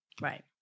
right